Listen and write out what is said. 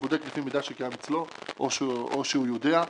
בודק לפי מידע שקיים אצלו או שהוא יודע,